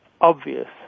obvious